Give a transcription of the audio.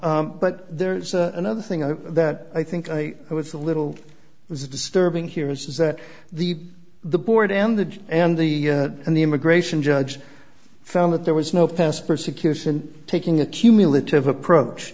l but there's another thing that i think i was a little it was disturbing here is that the the board and the and the and the immigration judge found that there was no past persecution taking a cumulative approach